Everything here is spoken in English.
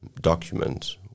document